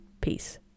peace